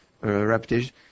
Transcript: repetition